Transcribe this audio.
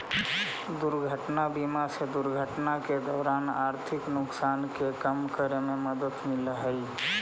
दुर्घटना बीमा से दुर्घटना के दौरान आर्थिक नुकसान के कम करे में मदद मिलऽ हई